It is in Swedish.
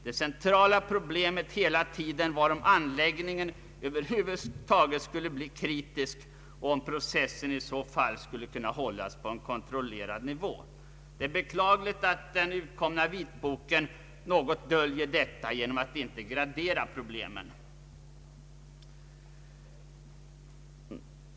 Det centrala problemet var om anläggningen över huvud skulle bli kritisk och om processen i så fall skulle kunna hållas på en kontrollerad nivå. Det är beklagligt att den nu utkomna vitboken något döljer detta genom att inte gradera problemen.